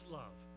love